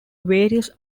various